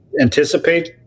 anticipate